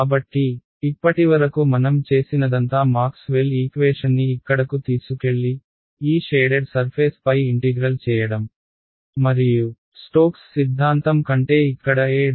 కాబట్టి ఇప్పటివరకు మనం చేసినదంతా మాక్స్వెల్ ఈక్వేషన్ని ఇక్కడకు తీసుకెళ్లి ఈ షేడెడ్ సర్ఫేస్ పై ఇంటిగ్రల్ చేయడం మరియు స్టోక్స్ సిద్ధాంతం కంటే ఇక్కడ E